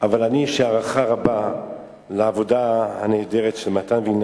אבל יש לי הערכה רבה לעבודה הנהדרת של מתן וילנאי,